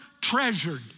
treasured